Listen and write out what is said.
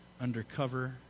Undercover